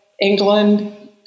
England